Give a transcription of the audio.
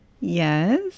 Yes